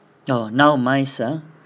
oh now MICE ah